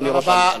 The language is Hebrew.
אדוני ראש הממשלה.